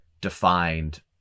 defined